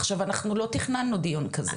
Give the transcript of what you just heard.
עכשיו אנחנו לא תכננו דיון כזה.